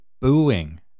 booing